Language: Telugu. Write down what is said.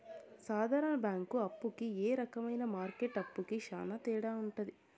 సాధారణ బ్యాంక్ అప్పు కి ఈ రకమైన మార్కెట్ అప్పుకి శ్యాన తేడా ఉంటది